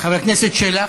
חבר הכנסת שלח.